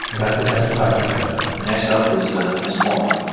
about to testify for the senate next up is ah ms. palmer.